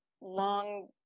long